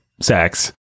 sex